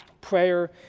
prayer